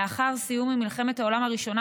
לאחר סיום מלחמת העולם הראשונה,